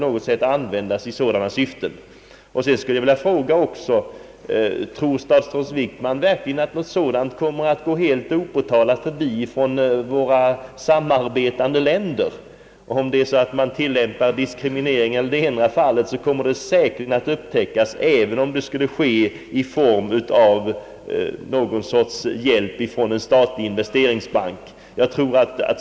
Jag vill tillfoga: Tror statsrådet Wickman verkligen att något sådant kommer att gå helt opåtalat förbi från de länder vi samarbetar med? Om man tillämpar diskriminering i det ena fallet så kommer det säkerligen att upptäckas, även om det skulle ske i form av någon sorts hjälp från en statlig investeringsbank.